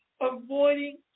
avoiding